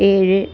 ഏഴ്